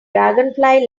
dragonfly